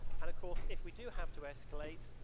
and of course if we do have to escalate,